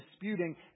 disputing